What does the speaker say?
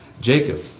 Jacob